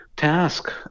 task